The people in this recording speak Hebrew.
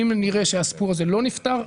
אם נראה שהסיפור הזה לא מושלם,